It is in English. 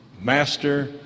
Master